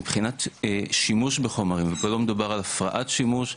מבחינת שימוש בחומרים ופה לא מדובר על הפרעת שימוש,